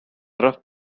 rough